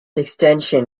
extension